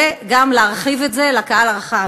וגם להרחיב את זה לקהל הרחב,